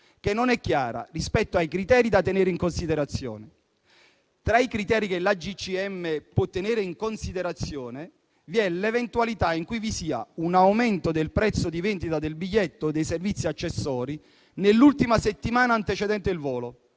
che non è chiara rispetto ai criteri da tenere in considerazione. Tra i criteri che l'AGCM può tenere in considerazione, vi è l'eventualità in cui vi sia un aumento del prezzo di vendita del biglietto e dei servizi accessori nell'ultima settimana antecedente il volo,